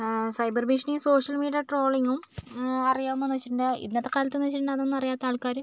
ആ സൈബര് ഭീഷണിയും social media ട്രോളിങ്ങും അറിയാമോന്നു ചോദിച്ചിട്ടുണ്ടേല് ഇന്നത്തെ കാലത്ത് എന്ന് വെച്ചിട്ടുടെങ്കില് ഇതൊന്നും അറിയാത്ത ആള്ക്കാര്